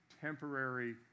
temporary